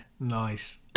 Nice